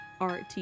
art